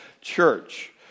church